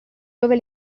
dove